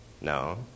No